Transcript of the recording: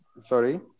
Sorry